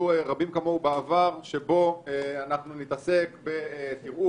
רבים כמוהו בעבר שבו אנחנו נתעסק ב: תראו,